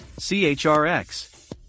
CHRX